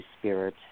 Spirit